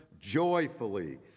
joyfully